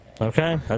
Okay